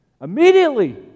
Immediately